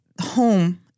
home